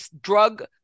drug